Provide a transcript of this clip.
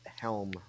Helm